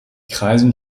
kreisen